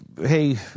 hey